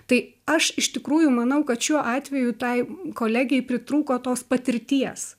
tai aš iš tikrųjų manau kad šiuo atveju tai kolegei pritrūko tos patirties